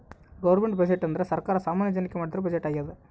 government budget ಅಂದ್ರೆ ಸರ್ಕಾರ ಸಾಮಾನ್ಯ ಜನಕ್ಕೆ ಮಾಡಿರೋ ಬಜೆಟ್ ಆಗ್ಯದ